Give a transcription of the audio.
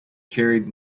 carried